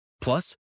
Plus